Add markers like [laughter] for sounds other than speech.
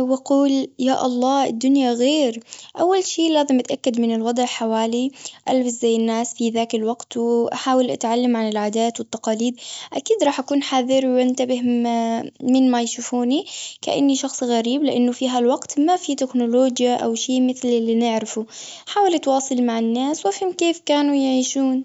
و [hesitation] أقول يا الله الدنيا غير. أول شي لازم اتأكد من الوضع حوالي. البس زي الناس في ذاك الوقت، وأحاول اتعلم عن العادات والتقاليد. أكيد راح أكون حذر وانتبه ما- من ما يشوفوني كأني شخص غريب. لأنه في هالوقت ما في تكنولوجيا، أو شي مثل اللي نعرفه. أحاول أتواصل مع الناس، وافهم كيف كانوا يعيشون.